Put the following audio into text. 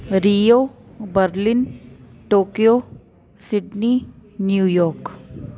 रीयो Berlin Tokyo Sydney New yoke